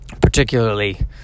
particularly